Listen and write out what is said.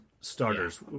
starters